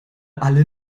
alle